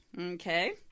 Okay